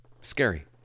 Scary